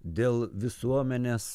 dėl visuomenės